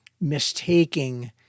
mistaking